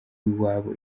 w’iwabo